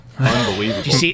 Unbelievable